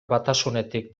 batasunetik